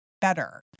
better